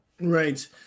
Right